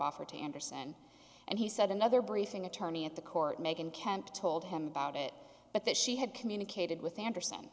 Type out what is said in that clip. offer to anderson and he said another briefing attorney at the court megan kemp told him about it but that she had communicated with anderson